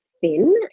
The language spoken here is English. thin